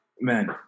Man